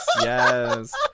Yes